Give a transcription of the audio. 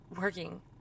working